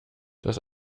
das